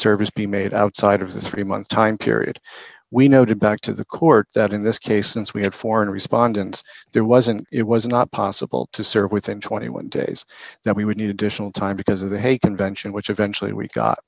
service be made outside of this three month time period we noted back to the court that in this case since we had foreign respondents there wasn't it was not possible to serve within twenty one dollars days that we would need additional time because of the hague convention which eventually we got